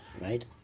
Right